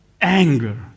anger